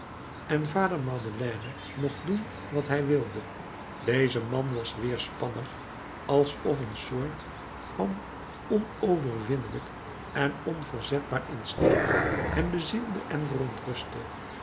en vader madeleine mocht doen wat hij wilde deze man was weerspannig alsof een soort van onverwinnelijk en onverzetbaar instinct hem bezielde en verontrustte